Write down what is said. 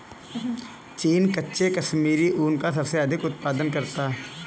चीन कच्चे कश्मीरी ऊन का सबसे अधिक उत्पादन करता है